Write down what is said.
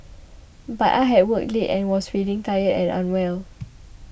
but I had worked late and was feeling tired and unwell